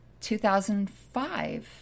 2005